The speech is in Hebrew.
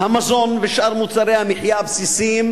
המזון ושאר מוצרי המחיה הבסיסיים,